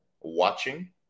watching